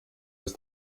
das